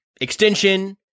extension